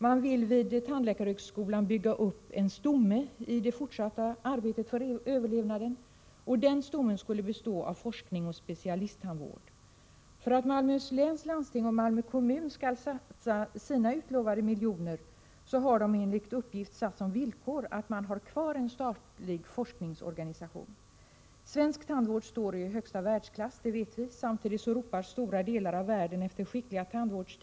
Man vill vid tandläkarhögskolan bygga upp en stomme för det fortsatta arbetet med att verka för utbildningens överlevnad, och den stommen skulle bestå av forskning och specialisttandvård. För att man från Malmöhus läns landsting och Malmö kommun skall satsa sina utlovade miljoner har man, enligt uppgift, ställt som villkor att en statlig forskningsorganisation får vara kvar. Vi vet ju att svensk tandvård står i högsta världsklass. Samtidigt ropar man i stora delar av världen efter skickliga tandvårdsteam.